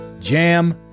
jam